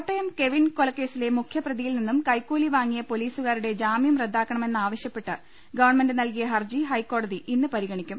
Kottayam Kevin കൊലക്കേസിലെ മുഖ്യ പ്രതിയിൽ നിന്നും കൈക്കൂലി വാങ്ങിയ പൊലീസു കാരുടെ ജാമ്യം റദ്ദാക്കണമെന്ന് ആവശ്യപ്പെട്ട് ഗവൺമെന്റ് നൽകിയ ഹർജി ഹൈക്കോടതി ഇന്ന് പരി ഗണിക്കും